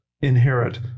inherit